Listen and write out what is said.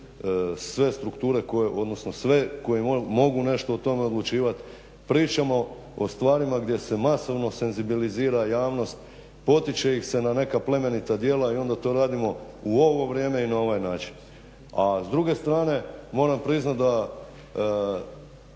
sve strukture odnosno sve koji mogu nešto o tome odlučivat. Pričamo o stvarima gdje se masovno senzibilizira javnost, potiče se ih na neka plemenita dijela i onda to radimo u ovo vrijeme i na ovaj način. A s druge strane moram priznat da